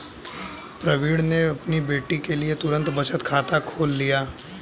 प्रवीण ने अपनी बेटी के लिए तुरंत बचत खाता खोल लिया